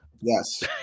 Yes